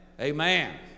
amen